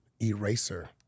Eraser